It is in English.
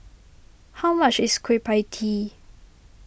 how much is Kueh Pie Tee